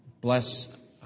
bless